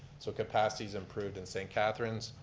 so capacity's improved in st. catharines,